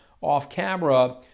off-camera